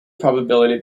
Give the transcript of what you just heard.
probability